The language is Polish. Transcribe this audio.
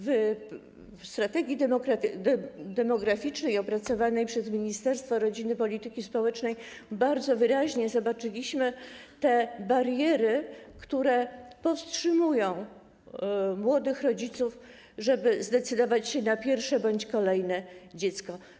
W strategii demograficznej opracowanej przez Ministerstwo Rodziny i Polityki Społecznej bardzo wyraźnie zobaczyliśmy te bariery, które powstrzymują młodych ludzi przed tym, żeby zdecydować się na pierwsze bądź kolejne dziecko.